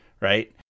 right